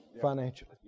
Financially